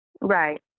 Right